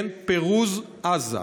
כן, פירוז עזה.